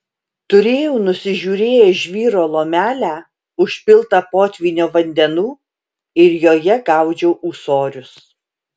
turėjau nusižiūrėjęs žvyro lomelę užpiltą potvynio vandenų ir joje gaudžiau ūsorius